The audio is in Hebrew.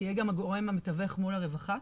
תהיה גם הגורם המתווך מול הרווחה.